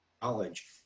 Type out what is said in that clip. college